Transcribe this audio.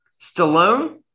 Stallone